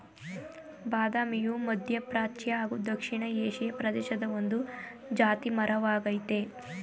ಬಾದಾಮಿಯು ಮಧ್ಯಪ್ರಾಚ್ಯ ಹಾಗೂ ದಕ್ಷಿಣ ಏಷಿಯಾ ಪ್ರದೇಶದ ಒಂದು ಜಾತಿ ಮರ ವಾಗಯ್ತೆ